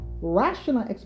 Rational